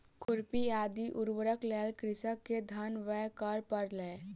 खुरपी आदि उपकरणक लेल कृषक के धन व्यय करअ पड़लै